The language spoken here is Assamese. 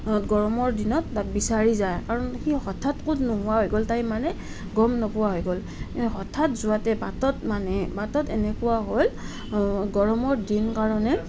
গৰমৰ দিনত তাক বিচাৰি যায় কাৰণ সি হঠাৎ ক'ত নোহোৱা হৈ গ'ল তাই মানে গম নোপোৱা হৈ গ'ল হঠাৎ যোৱাতে বাটত মানে বাটত এনেকুৱা হ'ল গৰমৰ দিন কাৰণে